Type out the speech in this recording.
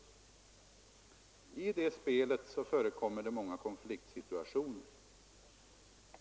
I det spelet förekommer det många konfliktsituationer.